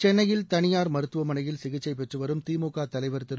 சென்னையில் தனியார் மருத்துவமனையில் சிகிச்சை பெற்றுவரும் திமுக தலைவர் திரு